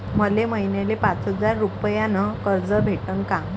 मले महिन्याले पाच हजार रुपयानं कर्ज भेटन का?